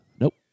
Nope